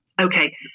Okay